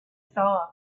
saw